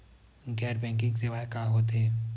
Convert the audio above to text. गैर बैंकिंग सेवाएं का होथे?